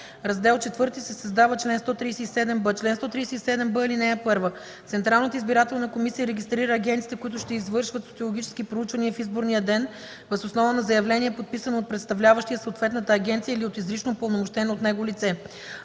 изборния ден Чл. 137б. (1) Централната избирателна комисия регистрира агенциите, които ще извършват социологически проучвания в изборния ден въз основа на заявление, подписано от представляващия съответната агенция или от изрично упълномощено от него лице.